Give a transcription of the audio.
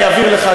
אני אעביר לך,